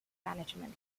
management